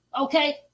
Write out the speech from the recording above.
okay